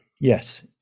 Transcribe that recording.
Yes